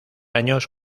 años